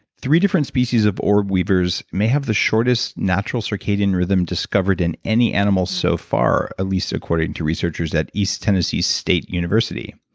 three different species of orb-weavers may have the shortest natural circadian rhythm discovered in any animals so far, at least according to researchers at east tennessee state university.